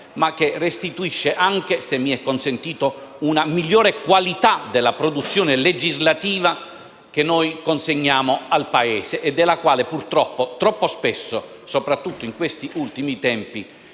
alla politica, ma anche una migliore qualità della produzione legislativa che noi consegniamo al Paese e della quale, purtroppo, troppo spesso, soprattutto in questi ultimi tempi,